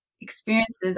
experiences